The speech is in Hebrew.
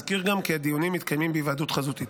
אזכיר גם כי הדיונים מתקיימים בהיוועדות חזותית.